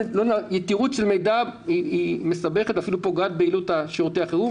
יתירות של מידע מסבכת ואפילו פוגעת ביעילות שירותי החירום